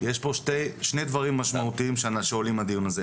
יש פה שני דברים משמעותיים שעולים מהדיון הזה.